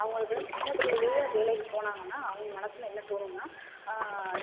அவங்களுக்கு வந்து சின்ன புள்ளைலேயே வேலைக்கு போனாங்கனா அவங்க மனதில் என்ன தோணும்னா